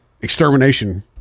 extermination